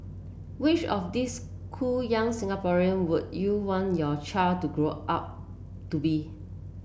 which of these cool young Singaporean would you want your child to grow up to be